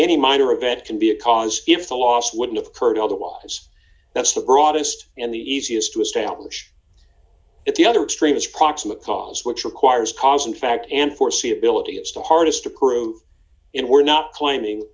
any minor event can be a cause if the loss wouldn't of curd otherwise that's the broadest and the easiest to establish if the other extreme is proximate cause which requires cause in fact and foreseeability it's the hardest to prove in we're not claiming